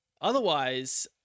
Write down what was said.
otherwise